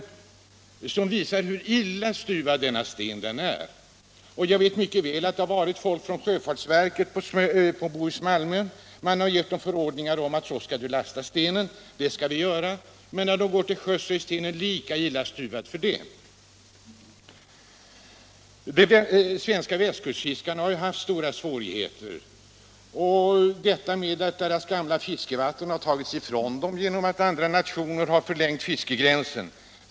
De illustrerar hur illa stuvad denna sten är. Jag vet mycket väl att folk från sjöfartsverket har besökt Bohus-Malmön och givit anvisningar om hur stenen skall lastas. När pråmarna går till sjöss är stenen lika illa stuvad i alla fall. De svenska västkustfiskarna har haft stora svårigheter. Deras gamla fiskevatten har tagits ifrån dem genom att andra nationer har förlängt sin fiskegräns.